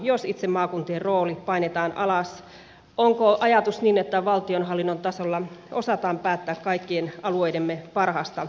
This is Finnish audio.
jos itse maakuntien rooli painetaan alas onko ajatus se että valtionhallinnon tasolla osataan päättää kaikkien alueidemme parhaasta edusta